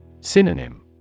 Synonym